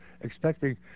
expecting